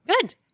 good